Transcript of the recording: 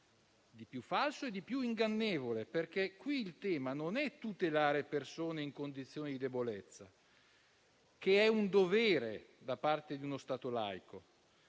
di più falso e ingannevole, perché qui il tema non è tutelare persone in condizioni di debolezza, che è un dovere da parte di uno Stato laico: